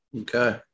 Okay